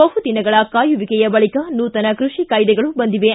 ಬಹುದಿನಗಳ ಕಾಯುವಿಕೆಯ ಬಳಿಕ ನೂತನ ಕೃಷಿ ಕಾಯ್ದೆಗಳು ಬಂದಿವೆ